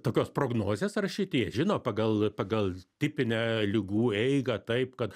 tokios prognozės rašyti jie žino pagal pagal tipinę ligų eigą taip kad